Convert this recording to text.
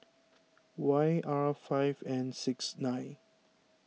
Y R five N six nine